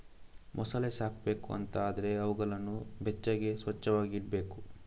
ಮೊಸಳೆ ಸಾಕ್ಬೇಕು ಅಂತ ಆದ್ರೆ ಅವುಗಳನ್ನ ಬೆಚ್ಚಗೆ, ಸ್ವಚ್ಚವಾಗಿ ಇಡ್ಬೇಕು